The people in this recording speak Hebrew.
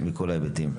מכל ההיבטים.